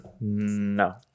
No